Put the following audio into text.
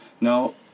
no